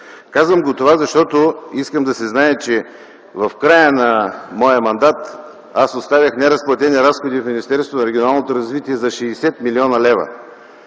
Казвам това, защото искам да се знае, че в края на моя мандат аз оставих неразплатени разходи в Министерството на регионалното развитие и